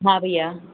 हा भईया